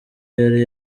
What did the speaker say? yari